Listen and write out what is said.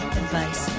advice